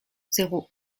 zéro